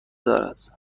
دارد